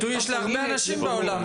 פיתוי יש להרבה אנשים בעולם.